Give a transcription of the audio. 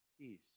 peace